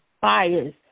fires